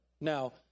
Now